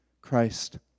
Christ